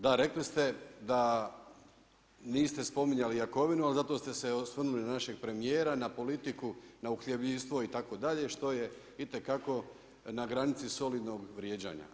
Da, rekli ste da niste spominjali Jakovinu ali zato ste se osvrnuli našeg premijera, na politiku, na uhljebljivstvo itd. što je itekako na granici solidnog vrijeđanja.